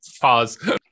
pause